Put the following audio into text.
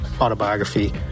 autobiography